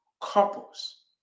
couples